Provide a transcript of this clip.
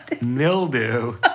Mildew